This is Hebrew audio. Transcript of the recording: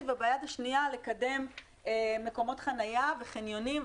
וביד השנייה לקדם מקומות חנייה וחניונים.